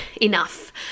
enough